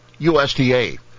USDA